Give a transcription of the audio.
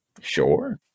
Sure